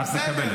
אז מקבלת.